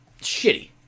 shitty